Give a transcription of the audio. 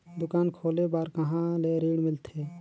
दुकान खोले बार कहा ले ऋण मिलथे?